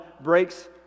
breaks